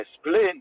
explain